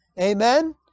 amen